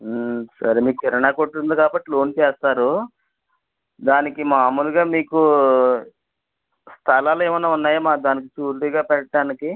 సరే మీకు కిరాణా కొట్టు ఉంది కాబట్టి లోన్ చేస్తారు దానికి మామూలుగా మీకు స్థలాలు ఏమైనా ఉన్నాయా మరి దానికి షూరిటీగా పెట్టడానికి